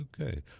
Okay